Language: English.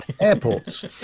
airports